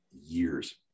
years